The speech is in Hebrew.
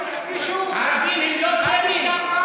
ערבים הם לא שמים?